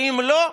ואם לא,